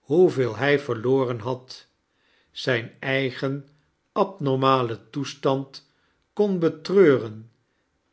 hoeveel hij verloren had zijn eigen abnormalen toestand kon betreurea